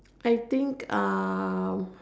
I think uh